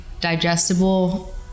digestible